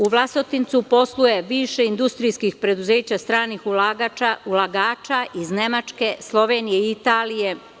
U Vlasotincu posluje više industrijskih preduzeća stranih ulagača iz Nemačke, Slovenije i Italije.